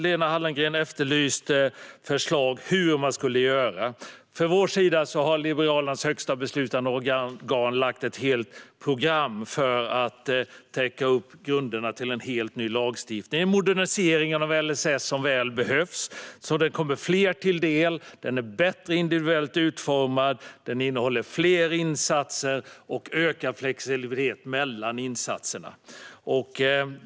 Lena Hallengren efterlyste förslag på hur man ska göra. Från vår sida har Liberalernas högsta beslutande organ lagt fram ett helt program för att täcka upp grunderna till en helt ny lagstiftning. Det är en modernisering av LSS som så väl behövs. Lagstiftningen kommer fler till del, den är bättre individuellt utformad och den innehåller fler insatser och ökad flexibilitet mellan insatserna.